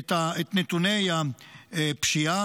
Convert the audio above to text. את נתוני הפשיעה.